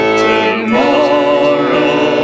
tomorrow